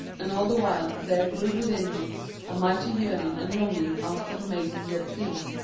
and all the while there grew within him a mighty yearning and longing after the maiden he had seen.